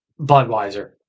Budweiser